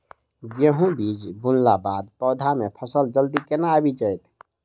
गेंहूँ बीज बुनला बाद पौधा मे फसल जल्दी केना आबि जाइत?